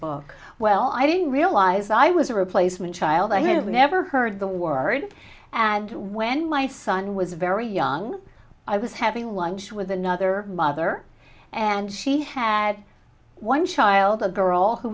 book well i didn't realize i was a replacement child i had never heard the word and when my son was very young i was having lunch with another mother and she had one child a girl who